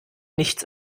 nichts